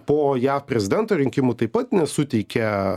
po jav prezidento rinkimų taip pat nesuteikia